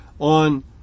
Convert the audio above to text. on